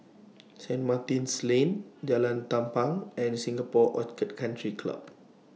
Saint Martin's Lane Jalan Tampang and Singapore Orchid Country Club